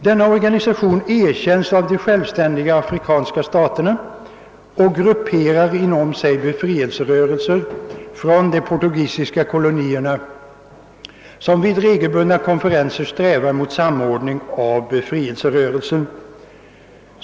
Denna organisation erkänns av de självständiga afrikanska staterna och grupperar inom sig befrielserörelser från de portugisiska kolonierna, som vid regel bundna konferenser strävar mot samordning av befrielserörelsen.